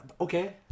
Okay